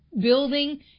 building